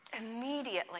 Immediately